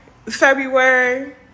February